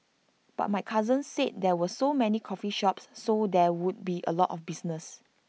but my cousin said there were so many coffee shops so there would be A lot of business